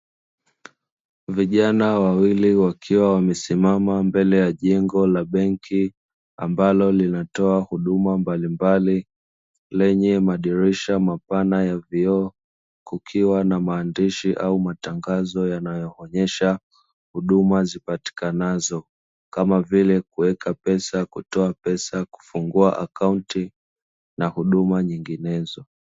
Vijana wawili wakiwa wamesimama mbele ya jengo la benki ambalo linatoa huduma mbalimbali lenye madirisha mapana ya vioo, kukiwa na maandishi au matangazo yanayoonyesha huduma zipatikanazo kama vile kuweka pesa, kutoa pesa, kufungua akaunti na huduma nyinginezo.